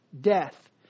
death